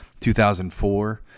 2004